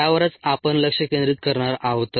त्यावरच आपण लक्ष केंद्रित करणार आहोत